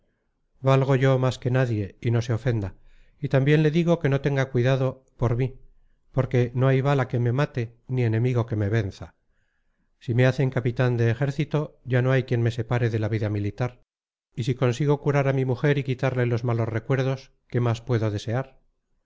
resquemores valgo yo más que nadie y no se ofenda y también le digo que no tenga cuidado por mí porque no hay bala que me mate ni enemigo que me venza si me hacen capitán de ejército ya no hay quien me separe de la vida militar y si consigo curar a mi mujer y quitarle los malos recuerdos qué más puedo desear